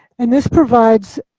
and this provides